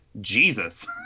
Jesus